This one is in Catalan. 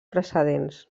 precedents